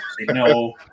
no